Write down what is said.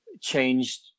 changed